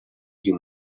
you